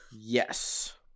Yes